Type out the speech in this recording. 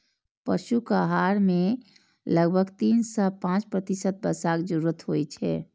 पशुक आहार मे लगभग तीन सं पांच प्रतिशत वसाक जरूरत होइ छै